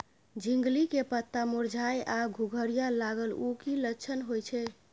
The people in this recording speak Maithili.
झिंगली के पत्ता मुरझाय आ घुघरीया लागल उ कि लक्षण होय छै?